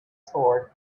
sword